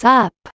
up